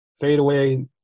fadeaway